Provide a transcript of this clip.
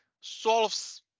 solves